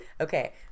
Okay